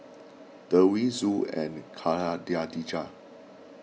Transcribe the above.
Dewi Zul and Khadija